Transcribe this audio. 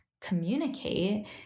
communicate